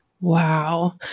Wow